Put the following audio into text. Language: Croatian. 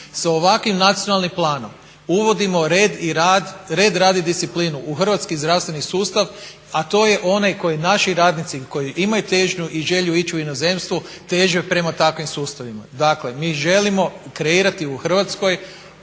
Sa ovakvim nacionalnim planom uvodimo red, rad i disciplinu u hrvatski zdravstveni sustav, a to je onaj koji naši radnici, koji imaju težnju i želju ići u inozemstvo, teže prema takvim sustavima. Dakle mi želimo kreirati u Hrvatskoj